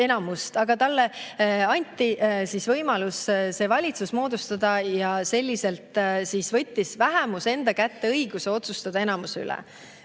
aga talle anti võimalus see valitsus moodustada ja selliselt võttis vähemus enda kätte õiguse otsustada enamuse üle.